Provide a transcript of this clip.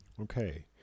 okay